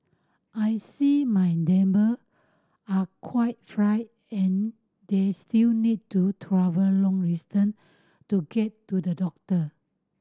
I see my neighbour are quite frail and they still need to travel long distance to get to the doctor